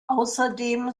außerdem